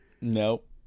Nope